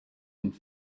und